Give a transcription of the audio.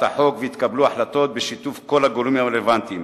החוק ויתקבלו החלטות בשיתוף כל הגורמים הרלוונטיים.